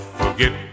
forget